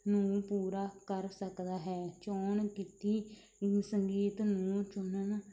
ਨੂੰ ਪੂਰਾ ਕਰ ਸਕਦਾ ਹੈ ਚੋਣ ਕੀਤੀ ਸੰਗੀਤ ਨੂੰ ਚੁਣਨ